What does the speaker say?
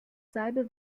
salbe